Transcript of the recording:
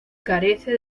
carece